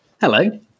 Hello